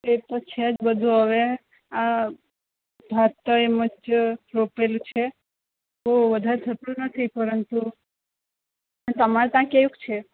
એ તો છે જ બધું હવે આ હા તો એમ જ રોપેલું છે તો વધારે થતું નથી પરંતુ તમારે તા કેવું છે